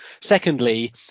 Secondly